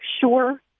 sure